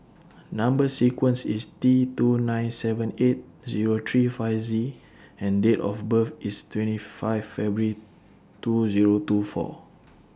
Number sequence IS T two nine seven eight Zero three five Z and Date of birth IS twenty five February two Zero two four